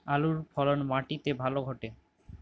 আলুর ফলন মাটি তে ভালো ঘটে?